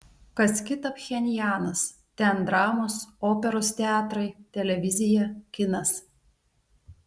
kas kita pchenjanas ten dramos operos teatrai televizija kinas